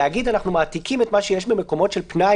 להגיד שמעתיקים את מה שיש במקומות של פנאי